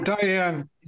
Diane